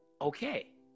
okay